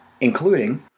including